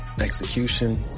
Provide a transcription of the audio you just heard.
execution